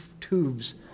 tubes